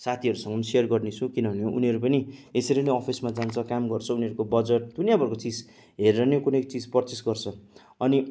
साथीहरूसँग पनि सेयर गर्नेछु किनभने उनीहरू पनि यसरी अफिसमा जान्छ काम गर्छ उनीहरूको बजेट दुनियाँभरको चिज हेरेर नै कुनै चिज पर्चेस गर्छ अनि